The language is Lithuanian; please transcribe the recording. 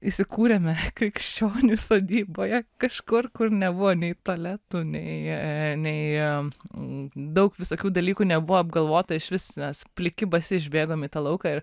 įsikūrėme krikščionių sodyboje kažkur kur nebuvo nei tualetų nei nei daug visokių dalykų nebuvo apgalvota iš vis mes pliki basi išbėgom į tą lauką ir